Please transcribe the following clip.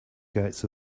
gates